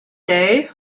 day